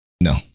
No